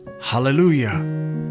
Hallelujah